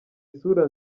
isura